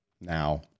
now